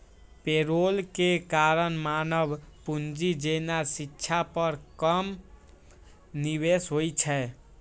payroll के कारण मानव पूंजी जेना शिक्षा पर कम निवेश होइ छै